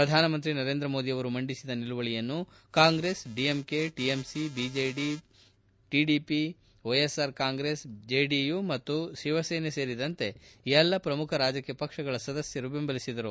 ಪ್ರಧಾನಮಂತ್ರಿ ನರೇಂದ್ರ ಮೋದಿ ಅವರು ಮಂಡಿಸಿದ ನಿಲುವಳಿಯನ್ನು Congress DMK TMC BJD TDP YSR Congress JDU ಮತ್ತು ಶಿವಸೇನಾ ಸೇರಿದಂತೆ ಎಲ್ಲಾ ಪ್ರಮುಖ ರಾಜಕೀಯ ಪಕ್ಷಗಳ ಸದಸ್ಯರು ಬೆಂಬಲಿಸಿದರು